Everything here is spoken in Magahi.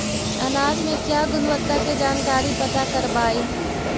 अनाज मे क्या गुणवत्ता के जानकारी पता करबाय?